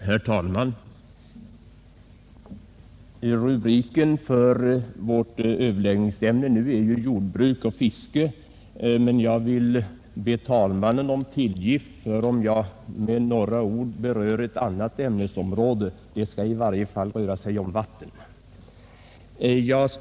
Herr talman! Rubriken för överläggningsämnet är just nu ”Jordbruk och fiske”, och jag vill be herr talmannen om tillgift för att jag med några ord berör ett annat ämnesområde. Det skall i varje fall röra sig om vatten.